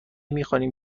میخوانیم